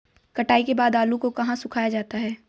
कटाई के बाद आलू को कहाँ सुखाया जाता है?